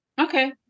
Okay